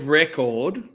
record